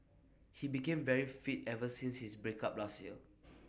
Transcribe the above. he became very fit ever since his break up last year